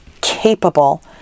capable